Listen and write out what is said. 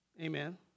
Amen